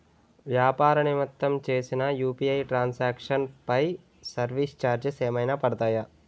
వ్యాపార నిమిత్తం చేసిన యు.పి.ఐ ట్రాన్ సాంక్షన్ పై సర్వీస్ చార్జెస్ ఏమైనా పడతాయా?